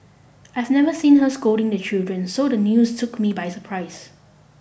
I have never seen her scolding the children so the news took me by surprise